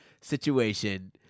situation